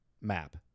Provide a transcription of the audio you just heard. map